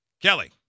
Kelly